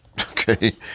Okay